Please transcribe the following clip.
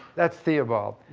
that's theobald.